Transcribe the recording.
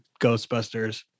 Ghostbusters